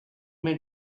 may